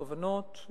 כוונות,